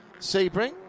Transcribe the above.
Sebring